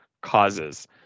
causes